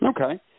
Okay